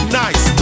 nice